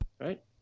Right